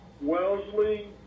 Wellesley